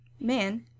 man